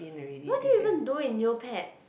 what do you even do in Neopets